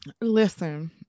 listen